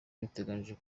biteganijwe